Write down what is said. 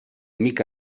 mica